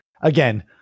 again